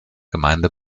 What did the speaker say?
gemeinde